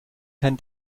kein